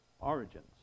origins